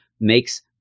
makes